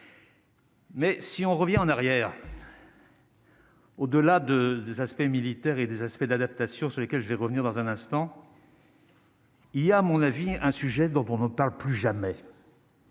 Mais si on revient en arrière. Au-delà de ces aspects militaires et des aspects d'adaptation sur lesquelles je vais revenir dans un instant. Il y a, à mon avis, un sujet dont on ne parle plus jamais.